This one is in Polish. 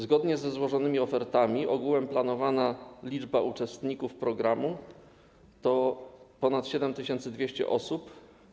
Zgodnie ze złożonymi ofertami ogółem planowana liczba uczestników programu to ponad 7200 osób.